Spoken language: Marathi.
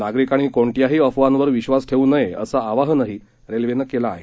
नागरिकांनी कोणत्याही अफवांवर विक्वास ठेवू नये असं आवाहनही रल्वेनं केलं आहे